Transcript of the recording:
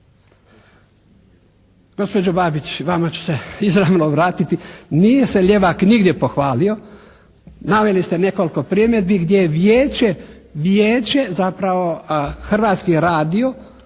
Gospođo Babić, vama ću se izravno vratiti. Nije se Ljevak nigdje pohvalio. Naveli ste nekoliko primjedbi gdje je Vijeće, Vijeće zapravo Hrvatski radio